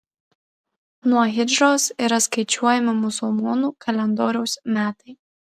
nuo hidžros yra skaičiuojami musulmonų kalendoriaus metai